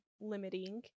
limiting